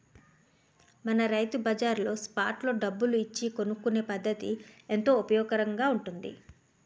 మన రైతు బజార్లో స్పాట్ లో డబ్బులు ఇచ్చి కొనుక్కునే పద్దతి ఎంతో ఉపయోగకరంగా ఉంటుంది